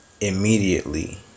immediately